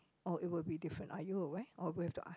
or it will be different are you aware or we have to ask